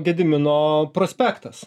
gedimino prospektas